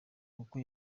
uko